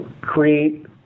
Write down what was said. create